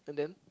and then